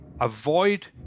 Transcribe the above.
Avoid